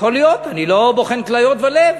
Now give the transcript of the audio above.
יכול להיות, אני לא בוחן כליות ולב,